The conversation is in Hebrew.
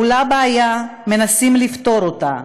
עולה בעיה, מנסים לפתור אותה,